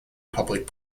public